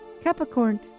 Capricorn